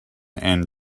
and